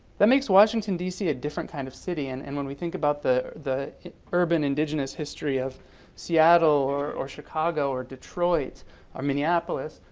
that makes washington d c. a different kind of city and and when we think about the the urban indigenous history of seattle or or chicago or detroit or minneapolis,